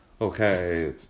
Okay